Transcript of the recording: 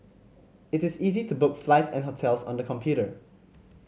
it is easy to book flights and hotels on the computer